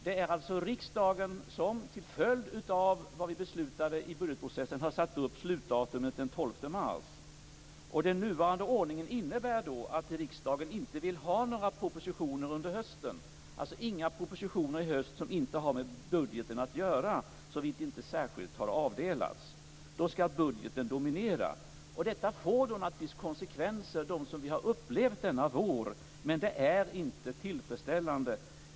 Det är alltså riksdagen som till följd av vad vi beslutade i budgetprocessen har satt slutdatumet den 12 mars. Den nuvarande ordningen innebär att riksdagen inte vill ha några propositioner under hösten som inte har med budgeten att göra, såvitt det inte särskilt har avdelats. Då skall budgeten dominera. Detta får naturligtvis sådana konsekvenser som vi upplevt denna vår. Men det är inte tillfredsställande.